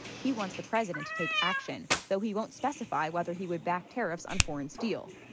he wants the president to take action, though he won't specify whether he would back tariffs on foreign steel.